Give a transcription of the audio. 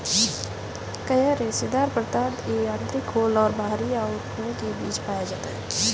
coir रेशेदार पदार्थ है आंतरिक खोल और बाहरी आवरण के बीच पाया जाता है